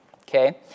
okay